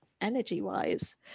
energy-wise